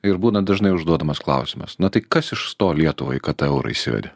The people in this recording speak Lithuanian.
ir būna dažnai užduodamas klausimas na tai kas iš to lietuvai kad tą eurą įsivedė